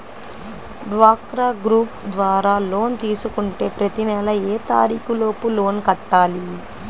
డ్వాక్రా గ్రూప్ ద్వారా లోన్ తీసుకుంటే ప్రతి నెల ఏ తారీకు లోపు లోన్ కట్టాలి?